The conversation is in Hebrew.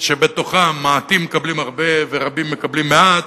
שבתוכה מעטים מקבלים הרבה ורבים מקבלים מעט,